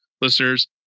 listeners